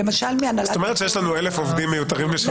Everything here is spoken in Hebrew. זאת אומרת שיש לנו אלף עובדים מיותרים בשירות המדינה?